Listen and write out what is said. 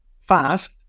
fast